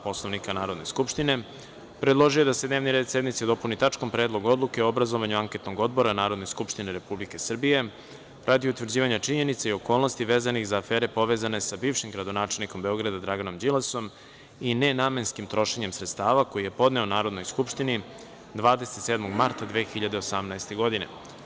Poslovnika Narodne skupštine, predložio je da se dnevni red sednice dopuni tačkom - Predlog odluke o obrazovanju anketnog odbora Narodne skupštine Republike Srbije radi utvrđivanja činjenica i okolnosti vezanih za afere povezanih sa bivšim gradonačelnikom Beograda Draganom Đilasom i ne namenskim trošenjem sredstava koji je podneo Narodnoj skupštini 27. marta 2018. godine.